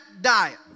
diet